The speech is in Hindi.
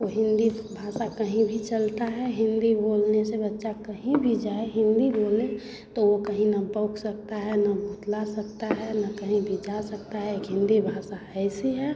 वह हिन्दी भाषा कहीं भी चलता है हिन्दी बोलने से बच्चा कहीं भी जाए हिन्दी बोले तो वह कहीं ना बोल सकता है ना भुतला सकता है ना कहीं भी जा सकता है एक हिन्दी भाषा ऐसी है